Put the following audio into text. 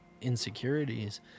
insecurities